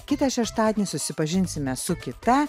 kitą šeštadienį susipažinsime su kita